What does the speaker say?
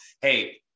hey